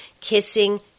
kissing